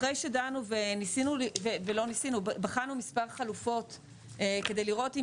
אחרי שדנו ובחנו מספר חלופות כדי לראות אם